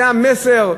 זה המסר?